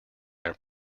their